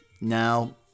Now